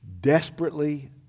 desperately